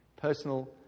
Personal